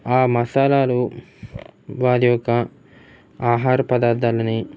ఆ మసాలాలు వారి యొక్క ఆహార పదార్థాలని